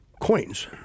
coins